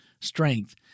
strength